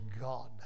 God